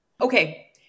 Okay